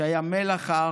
שהיה מלח הארץ,